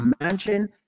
Imagine